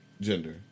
gender